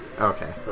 Okay